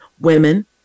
women